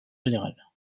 général